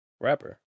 rapper